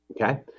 Okay